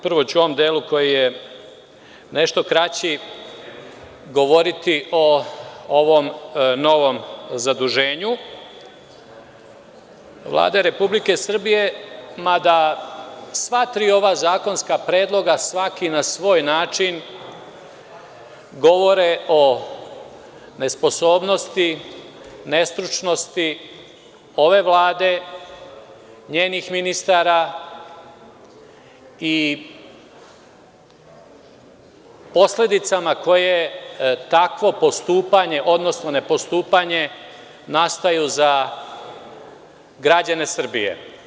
Prvo ću u ovom delu koji je nešto kraći govoriti o ovom novom zaduženju Vlade Republike Srbije, mada sva tri ova zakonska predloga, svaki na svoj način govore o nesposobnosti, nestručnosti ove Vlade, njenih ministara i posledicama koje tako postupanja, odnosno nepostupanje nastaju za građane Srbije.